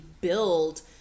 build